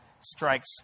strikes